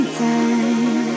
time